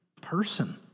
person